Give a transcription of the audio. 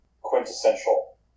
quintessential